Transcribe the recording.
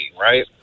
right